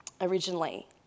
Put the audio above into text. originally